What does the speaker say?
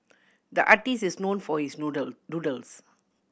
the artist is known for his doodle doodles